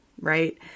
right